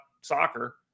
soccer